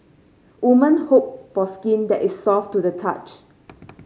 woman hope for skin that is soft to the touch